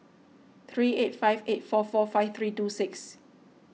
three eight five eight four four five three two six